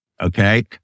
Okay